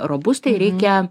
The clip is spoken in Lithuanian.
robustai reikia